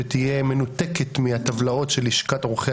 שתהיה מנותקת מהטבלאות של לשכת עורכי